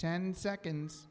ten seconds